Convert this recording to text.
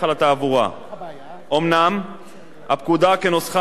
אומנם הפקודה כנוסחה היום קובעת כי העברת רשיון